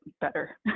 better